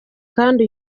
kandi